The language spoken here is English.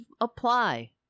apply